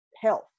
health